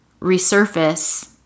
resurface